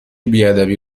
بیادبی